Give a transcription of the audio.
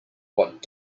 what